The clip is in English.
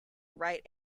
right